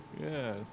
yes